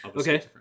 okay